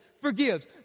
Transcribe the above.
forgives